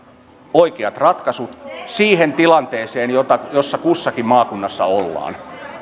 oikeat ratkaisut siihen tilanteeseen jossa kussakin maakunnassa ollaan